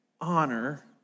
honor